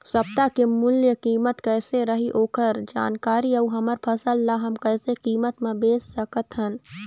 सप्ता के मूल्य कीमत कैसे रही ओकर जानकारी अऊ हमर फसल ला हम कैसे कीमत मा बेच सकत हन?